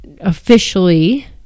officially